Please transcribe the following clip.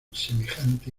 semejante